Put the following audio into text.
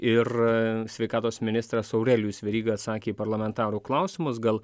ir sveikatos ministras aurelijus veryga atsakė į parlamentarų klausimus gal